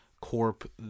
corp